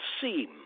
seem